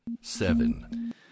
Seven